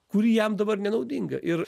kuri jam dabar nenaudinga ir